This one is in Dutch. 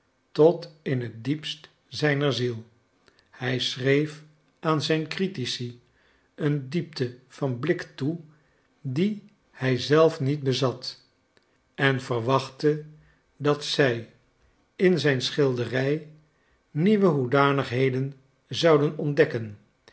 tot in het diepst zijner ziel hij schreef aan zijn critici een diepte van blik toe die hij zelf niet bezat en verwachtte dat zij in zijn schilderij nieuwe hoedanigheden zouden ontdekken